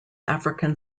african